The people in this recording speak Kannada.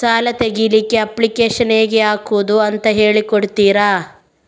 ಸಾಲ ತೆಗಿಲಿಕ್ಕೆ ಅಪ್ಲಿಕೇಶನ್ ಹೇಗೆ ಹಾಕುದು ಅಂತ ಹೇಳಿಕೊಡ್ತೀರಾ?